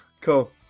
Cool